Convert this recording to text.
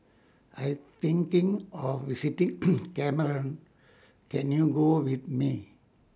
I Am thinking of visiting Cameroon Can YOU Go with Me